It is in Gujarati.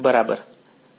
વિદ્યાર્થી રીફલેક્શન